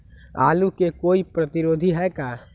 आलू के कोई प्रतिरोधी है का?